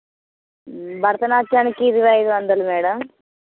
భరతనాట్యానికి ఇరవై ఐదు వందలు మేడమ్